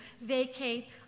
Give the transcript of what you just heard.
vacate